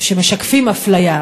שמשקפים אפליה,